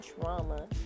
trauma